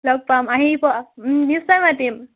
লগ পাম আহিব নিশ্চয় মাতিম